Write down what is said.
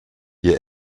ihr